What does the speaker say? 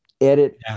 Edit